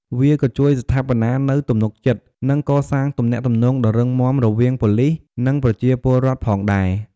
វាក៏ជួយស្ថាបនានូវទំនុកចិត្ត និងកសាងទំនាក់ទំនងដ៏រឹងមាំរវាងប៉ូលីស និងប្រជាពលរដ្ឋផងដែរ។